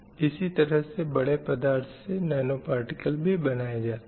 इसी तरह से बड़े पदार्थ से नैनो पार्टिकल भी बनए जाते हैं